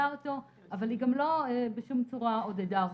אבל היא גם לא בשום צורה עודדה אותו.